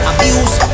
Abuse